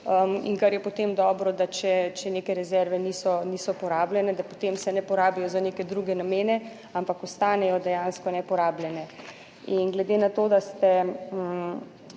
in kar je potem dobro, da če neke rezerve niso, niso porabljene, da potem se ne porabijo za neke druge namene, ampak ostanejo dejansko neporabljene. In glede na to, da ste